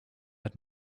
had